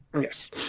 Yes